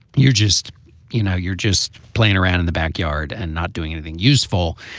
you're just you know, you're just playing around in the backyard and not doing anything useful.